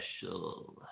special